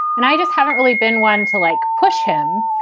and i just haven't really been one to like push him.